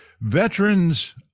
veterans